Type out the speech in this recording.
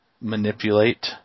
manipulate